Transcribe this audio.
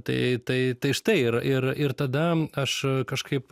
tai tai tai štai ir ir ir tada aš kažkaip